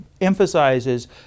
emphasizes